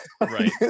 right